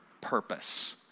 purpose